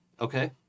Okay